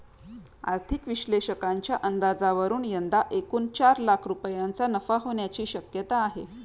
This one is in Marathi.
आर्थिक विश्लेषकांच्या अंदाजावरून यंदा एकूण चार लाख रुपयांचा नफा होण्याची शक्यता आहे